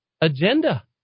agenda